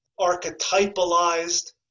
archetypalized